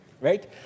right